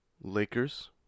Lakers